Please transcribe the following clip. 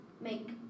make